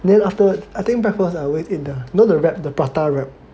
then after I think breakfast I always eat the you know the wrap the prata wrap